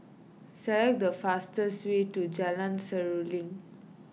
select the fastest way to Jalan Seruling